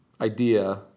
idea